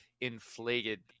inflated